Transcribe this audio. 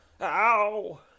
Ow